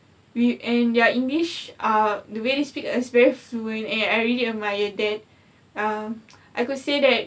we and their english ah the way they speak is very fluent and I really admire that um I could say that